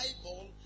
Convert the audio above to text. Bible